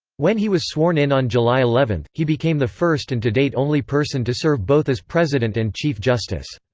when he was sworn in on july eleven, he became the first and to date only person to serve both as president and chief justice.